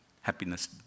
happiness